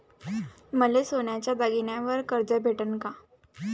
मले सोन्याच्या दागिन्यावर कर्ज भेटन का?